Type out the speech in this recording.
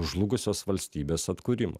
žlugusios valstybės atkūrimą